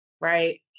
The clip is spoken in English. right